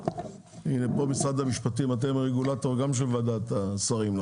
משרד המשפטים, אתם הרגולטור גם של ועדת השרים.